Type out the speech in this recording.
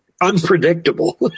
Unpredictable